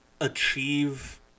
achieve